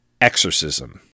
Exorcism